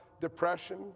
depression